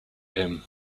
him